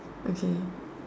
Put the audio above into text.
okay